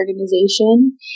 organization